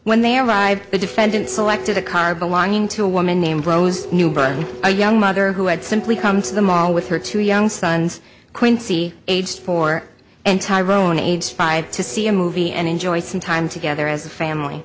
when they arrived the defendant selected a car belonging to a woman named rose newberg a young mother who had simply come to the mall with her two young sons quincy age four and tyrone age five to see a movie and enjoy some time together as a family